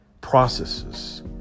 processes